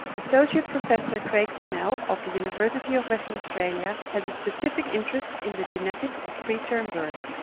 associate professor craig pennell of the university of western australia has a specific interest in the genetics of preterm births.